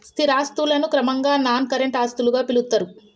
స్థిర ఆస్తులను క్రమంగా నాన్ కరెంట్ ఆస్తులుగా పిలుత్తరు